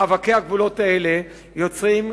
מאבקי הגבולות האלה יוצרים,